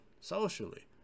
socially